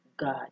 God